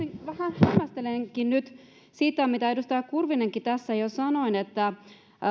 vähän hämmästelenkin nyt sitä mitä edustaja kurvinenkin tässä jo sanoi että